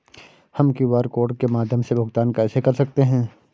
हम QR code के माध्यम से भुगतान कैसे कर सकते हैं?